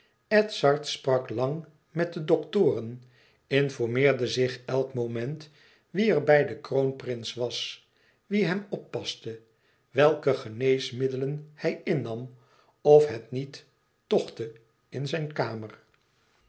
edzard sprak lang met de doktoren informeerde zich elk moment wie er bij den kroonprins was wie hem oppaste welke geneesmiddelen hij innam of het niet tochtte in zijn kamer